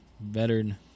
veteran